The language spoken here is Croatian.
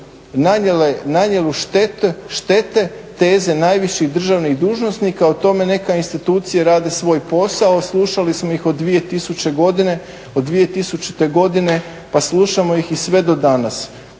nanijelo štete, teze najviših državnih dužnosnika o tome neka institucije rade svoj posao. Slušali smo ih od 2000. godine pa slušamo ih i sve do danas.